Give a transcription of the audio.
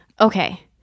Okay